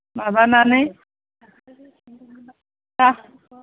माबानानै दा